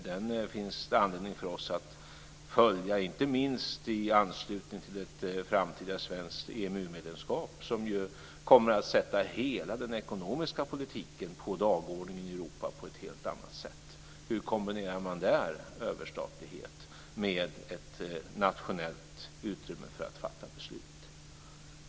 Den finns det anledning för oss att följa inte minst i anslutning till ett framtida svenskt EMU-medlemskap som ju kommer att sätta hela den ekonomiska politiken på dagordningen i Europa på ett helt annat sätt. Hur kombinerar man där överstatlighet med ett nationellt utrymme för att fatta beslut?